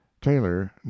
Taylor